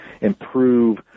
improve